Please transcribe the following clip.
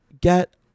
Get